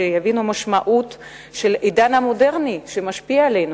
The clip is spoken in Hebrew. שיבינו את המשמעות של העידן המודרני שמשפיע עלינו.